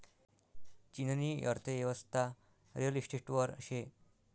चीननी अर्थयेवस्था रिअल इशटेटवर शे